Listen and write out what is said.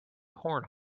horn